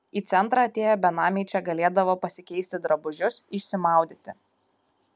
į centrą atėję benamiai čia galėdavo pasikeisti drabužius išsimaudyti